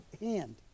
hand